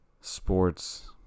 sports